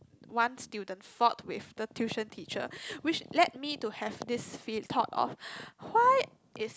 one student fought with the tuition teacher which led me to have this feel thought of why is